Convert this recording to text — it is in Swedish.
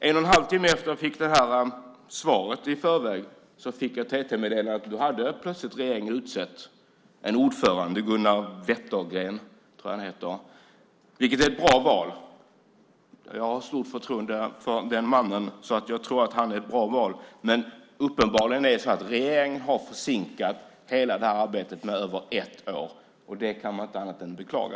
En och en halv timme efter det att jag fick svaret i förväg fick jag ett TT-meddelande om att regeringen plötsligt hade utsett en ordförande. Jag tror att han heter Gunnar Wettergren. Det är ett bra val. Jag har stort förtroende för den mannen. Jag tror att han är ett bra val, men regeringen har uppenbarligen försinkat hela det här arbetet med över ett år. Det kan man inte annat än beklaga.